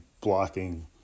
blocking